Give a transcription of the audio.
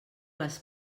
les